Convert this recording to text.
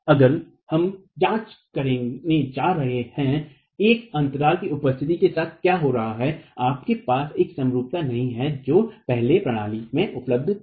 अगर हम जांच करने जा रहे हैएक अंतर की उपस्थिति के साथ क्या हो रहा है आपके पास वह समरूपता नहीं है जो पहले प्रणालीसिस्टम में उपलब्ध थी